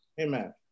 Amen